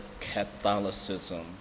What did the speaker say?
Catholicism